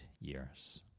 years